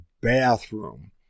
bathroom